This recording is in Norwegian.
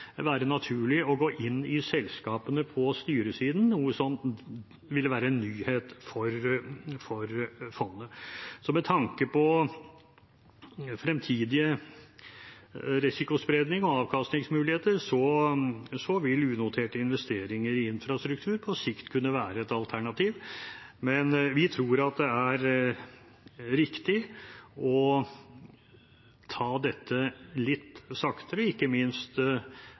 naturlig å gå inn i selskapene på styresiden, noe som ville være en nyhet for fondet. Med tanke på fremtidig risikospredning og avkastningsmuligheter vil unoterte investeringer i infrastruktur på sikt kunne være et alternativ, men vi tror det er riktig å ta dette litt saktere, ikke minst